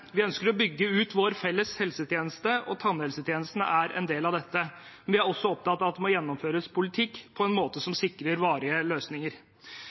vi må bidra til å hjelpe. Vi ønsker å bygge ut vår felles helsetjeneste, og tannhelsetjenestene er en del av dette, men vi er også opptatt av at det må gjennomføres politisk på en måte